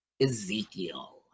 Ezekiel